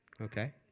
Okay